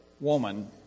woman